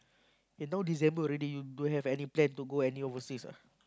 eh now December you don't have any plan to go any overseas ah